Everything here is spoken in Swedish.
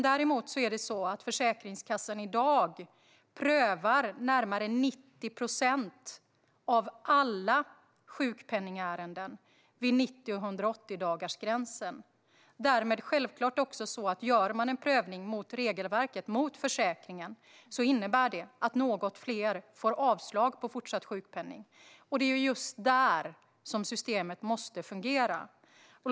Däremot prövar Försäkringskassan i dag närmare 90 procent av alla sjukpenningärenden vid 90 och 180-dagarsgränsen. Därmed är det också självklart så att gör man en prövning mot regelverket, mot försäkringen, innebär det att något fler får avslag på fortsatt sjukpenning. Det är just där som systemet måste fungera.